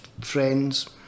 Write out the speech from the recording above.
friends